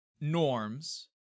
norms